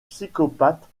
psychopathe